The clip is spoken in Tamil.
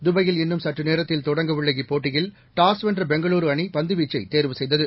தபாயில் இன்னும் சற்று நேரத்தில் தொடங்கவுள்ள இப்போட்டியில் டாஸ் வென்ற பெங்களுரு அணி பந்துவீச்சை தேர்வு செய்தது